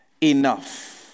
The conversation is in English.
enough